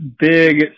big